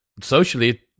socially